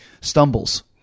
stumbles